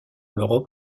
l’europe